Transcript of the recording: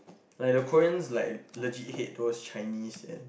like the Koreans like legit hate those Chinese and